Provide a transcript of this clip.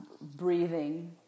breathing